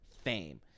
fame